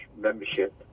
membership